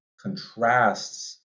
contrasts